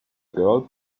girl